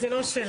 זה לא שלך.